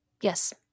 Yes